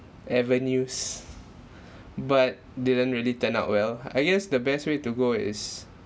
avenues but didn't really turn out well I guess the best way to go is